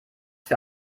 für